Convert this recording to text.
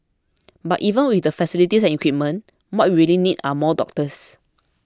but even with the facilities and equipment what we really need are more doctors